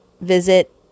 visit